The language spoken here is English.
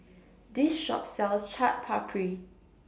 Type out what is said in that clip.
This Shop sells Chaat Papri